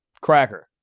Cracker